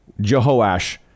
Jehoash